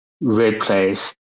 replace